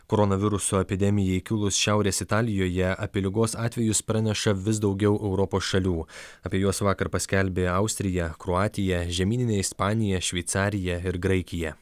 koronaviruso epidemijai kilus šiaurės italijoje apie ligos atvejus praneša vis daugiau europos šalių apie juos vakar paskelbė austrija kroatija žemyninė ispanija šveicarija ir graikija